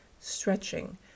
stretching